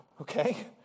Okay